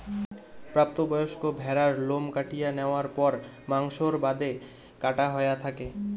প্রাপ্ত বয়স্ক ভ্যাড়ার লোম কাটিয়া ন্যাওয়ার পর মাংসর বাদে কাটা হয়া থাকে